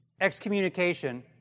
excommunication